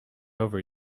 over